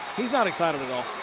he's not excited at all.